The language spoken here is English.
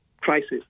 crisis